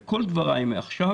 וכל דבריי מעכשיו